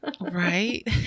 Right